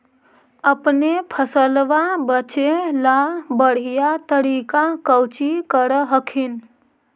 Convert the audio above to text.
अपने फसलबा बचे ला बढ़िया तरीका कौची कर हखिन?